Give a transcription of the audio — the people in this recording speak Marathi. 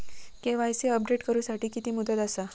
के.वाय.सी अपडेट करू साठी किती मुदत आसा?